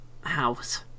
house